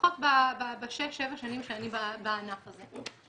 לפחות בשש-שבע שנים שאני בענף הזה.